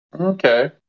Okay